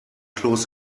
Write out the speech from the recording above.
kloß